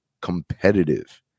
competitive